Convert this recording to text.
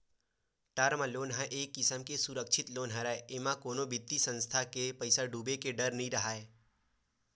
term loan ह एक किसम के सुरक्छित लोन हरय एमा कोनो बित्तीय संस्था के पइसा डूबे के डर नइ राहय